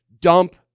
dump